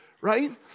right